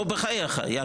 נו בחייך יעקב.